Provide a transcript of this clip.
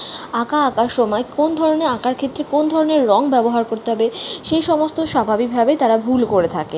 আঁকা আঁকার সময় কোন ধরনের আঁকার ক্ষেত্রে কোন ধরনের রঙ ব্যবহার করতে হবে সেই সমস্ত স্বাভাবিকভাবেই তারা ভুল করে থাকে